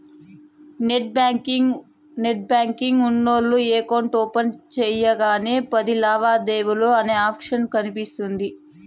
net banking ఉన్నోల్లు account open సెయ్యగానే పది లావాదేవీలు అనే ఆప్షన్ కనిపిస్తుంది